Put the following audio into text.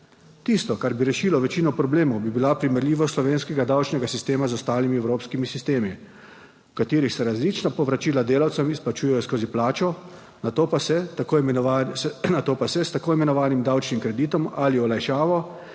Tisto, kar bi rešilo večino problemov, bi bila primerljivost slovenskega davčnega sistema z ostalimi evropskimi sistemi, v katerih se različna povračila delavcem izplačujejo skozi plačo, nato pa se tako, nato pa se s tako imenovanim davčnim kreditom ali olajšavo,